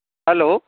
hello